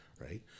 Right